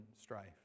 strife